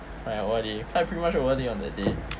my O_R_D kind of pretty much O_R_D on that day